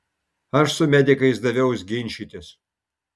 aš su medikais daviaus ginčytis